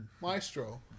Maestro